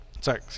Sorry